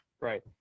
Right